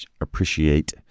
appreciate